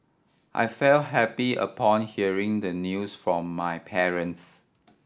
I felt happy upon hearing the news from my parents